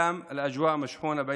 חודש של פולחן וצום.